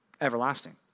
Everlasting